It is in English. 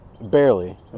Barely